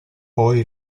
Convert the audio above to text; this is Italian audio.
poi